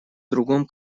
другом